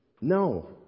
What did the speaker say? No